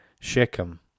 Shechem